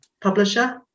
publisher